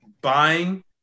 buying